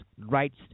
rights